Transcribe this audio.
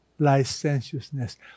licentiousness